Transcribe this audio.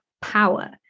power